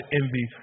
envy